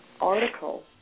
article